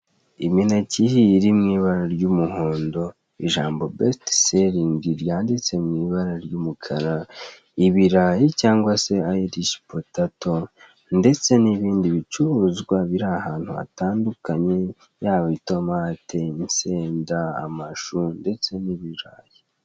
Imineke ihiye iri mu ibara ry'umuhondo, ijambo besite seringi ryanditse mu ibara ry'umukara, ibirayi cyangwa se ayirishipotato, ndetse n'ibindi bicuruzwa biri ahantu hatandukanye yaba ibitomate, insenda, amashu ndetse n'ibirayi.